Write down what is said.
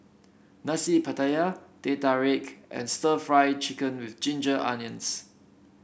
Nasi Pattaya Teh Tarik and stir Fry Chicken with Ginger Onions